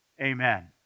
Amen